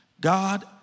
God